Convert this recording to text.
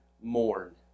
mourn